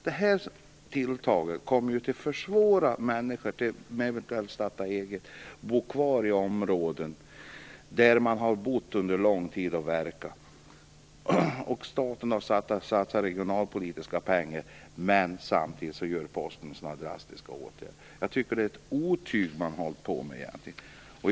Detta tilltag kommer ju att försvåra för människor att starta eget och att stanna kvar i områden där man har bott och verkat under lång tid. Staten har satsat regionalpolitiska pengar på dessa områden - samtidigt genomför Posten sådana här drastiska åtgärder. Jag tycker att det är ett otyg!